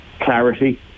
clarity